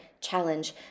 challenge